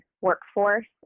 workforce